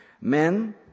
men